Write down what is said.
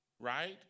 Right